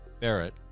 Barrett